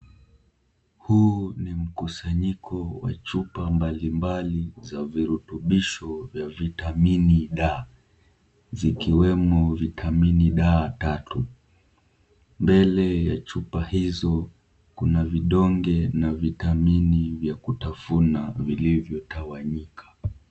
Huu ni mkusanyiko wa chupa mbalimbali za virutubisho vya vitamini D. Zikiwemo vitamini D tatu. Mbele ya chupa hizo kuna vidonge vya vitamini vya kutafuna vilivyotawanyika.